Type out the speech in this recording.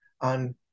on